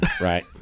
right